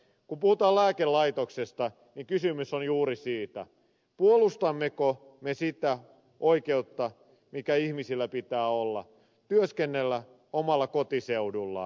kun puhutaan lääkelaitoksesta niin kysymys on juuri siitä puolustammeko me sitä oikeutta mikä ihmisillä pitää olla työskennellä omalla kotiseudullaan